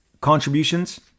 contributions